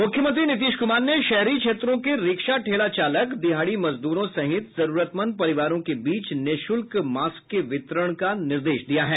मुख्यमंत्री नीतीश कुमार ने शहरी क्षेत्रों के रिक्शा ठेला चालक दिहाड़ी मजदूरों सहित जरूरतमंद परिवारों के बीच निःशुल्क मास्क के वितरण का निर्देश दिया है